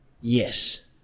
yes